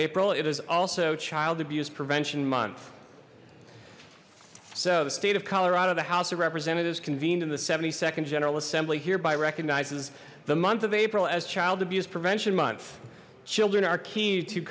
april it is also child abuse prevention month so the state of colorado the house of representatives convened in the nd general assembly hereby recognizes the month of april as child abuse prevention month children are key to